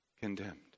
condemned